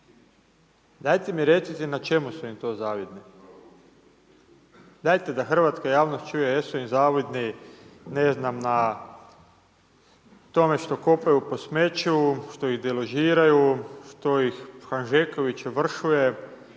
Dajte mi recite na čemu su im to zavidni? Dajte da hrvatska javnost čuje jesu li im zavidni, ne znam, na tome, što kopaju po smeću, što ih deložiraju, što ih Hanžeković ovršuje,